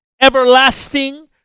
everlasting